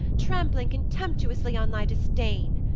trampling contemptuously on thy disdain.